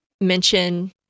mention